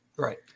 Right